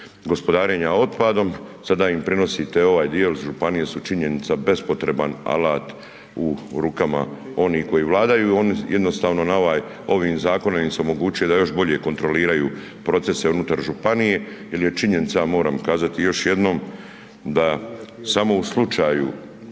gospodarenja otpadom sada im prenosite ovaj dio jel županije su činjenica bespotreban alat u rukama onih koji vladaju. Oni jednostavno ovim zakonom im se omogućuje da još bolje kontroliraju procese unutar županije jel je činjenica i moram kazati još jednom da samo u slučaju